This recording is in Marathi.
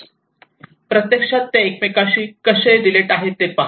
आणि ते प्रत्यक्षात एकमेकांशी कसे रिलेट आहेत ते पहा